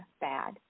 bad